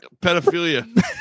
pedophilia